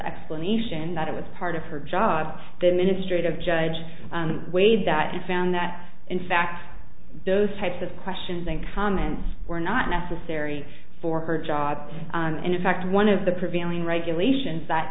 explanation that it was part of her job the ministry of judge waived that and found that in fact those types of questions and comments were not necessary for her job and in fact one of the prevailing regulations that